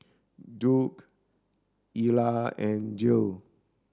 Duke Elia and Jill